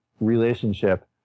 relationship